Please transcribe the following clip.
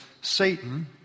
Satan